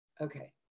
okay